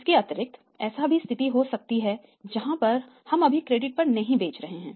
इसके अतिरिक्त ऐसी भी स्थिति हो सकती है जहां पर हम अभी क्रेडिट पर नहीं बेच रहे हैं